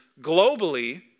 globally